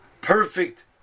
perfect